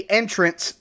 entrance